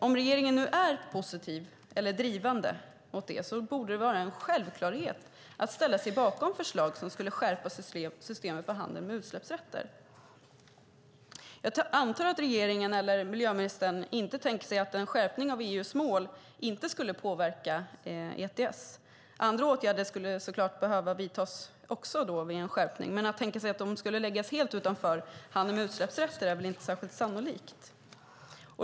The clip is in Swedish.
Om regeringen nu är positiv eller drivande borde det vara en självklarhet att ställa sig bakom förslag som skulle skärpa systemet för handeln med utsläppsrätter. Jag antar att regeringen och miljöministern inte tänker sig att en skärpning av EU:s mål inte skulle påverka ETS. Andra åtgärder skulle såklart behöva vidtas också vid en skärpning, men att de skulle läggas helt utanför handeln med utsläppsrätter är väl inte särskilt sannolikt.